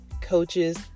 coaches